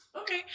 Okay